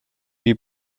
die